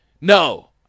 No